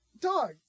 dog